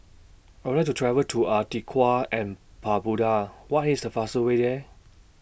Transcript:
I Would like to travel to Antigua and Barbuda What IS The fastest Way There